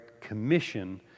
commission